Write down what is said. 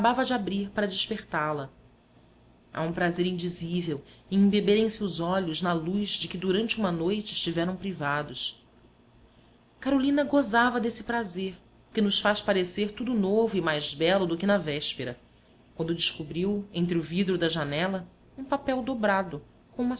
a mucama acabava de abrir para despertá la há um prazer indizível em embeberem se os olhos na luz de que durante uma noite estiveram privados carolina gozava desse prazer que nos faz parecer tudo novo e mais belo do que na véspera quando descobriu entre o vidro da janela um papel dobrado como